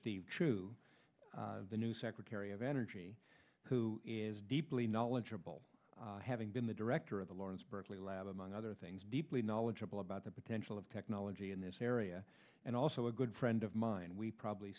steve chu the new secretary of energy who is deeply knowledgeable having been the director of the lawrence berkeley lab among other things deeply knowledgeable about the potential of technology in this area and also a good friend of mine we probably